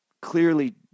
clearly